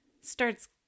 Starts